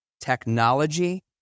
technology